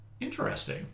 Interesting